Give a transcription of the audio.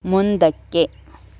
ಮುಂದಕ್ಕೆ